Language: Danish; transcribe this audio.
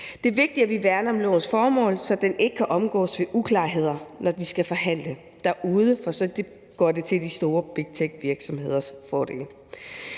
Det er vigtigt, at vi værner om lovens formål, så den ikke omgås ved uklarheder, når de skal forhandle derude, for så bliver det til de store bigtechvirksomheders fordel.